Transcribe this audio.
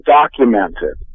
documented